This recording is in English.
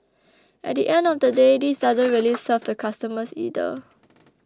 at the end of the day this doesn't really serve the customers either